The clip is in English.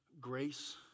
Grace